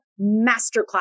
Masterclass